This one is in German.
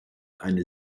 eine